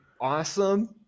awesome